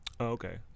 Okay